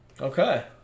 Okay